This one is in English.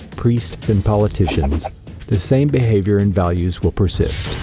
priests, and politicians the same behavior and values will persist.